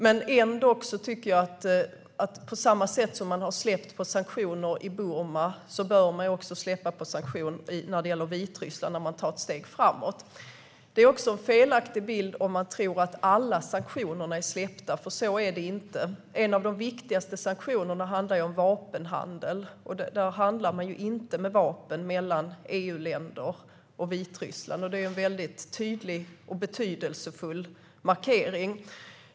Men ändå tycker jag att man på samma sätt som man har släppt på sanktioner i Burma bör släppa på sanktioner när det gäller Vitryssland när de tar ett steg framåt. Det är en felaktig bild om man tror att alla sanktioner är släppta, för så är det inte. En av de viktigaste sanktionerna handlar om vapenhandel. Det handlas inte med vapen mellan EU-länder och Vitryssland. Det är en väldigt tydlig och betydelsefull markering.